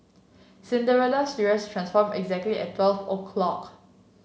Cinderella's dress transformed exactly at twelve o' clock